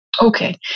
Okay